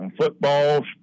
football